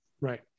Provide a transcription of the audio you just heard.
Right